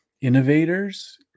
innovators